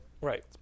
Right